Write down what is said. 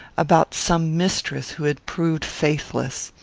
about some mistress who had proved faithless.